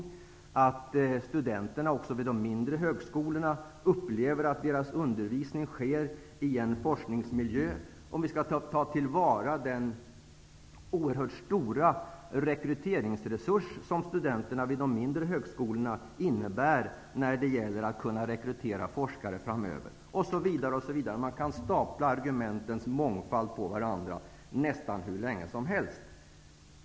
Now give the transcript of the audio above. Det är viktigt att studenterna vid de mindre högskolorna också upplever att deras undervisning sker i en forskningsmiljö, om vi skall ta till vara den oerhörda rekryteringsresurs som studenterna vid de mindre högskolorna innebär, när det gäller att rekrytera forskare framöver osv. Man kan stapla argumenten på varandra nästan hur länge som helst.